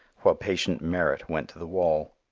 while patient merit went to the wall?